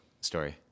story